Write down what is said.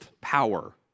power